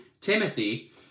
Timothy